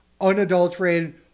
unadulterated